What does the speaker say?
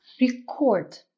Record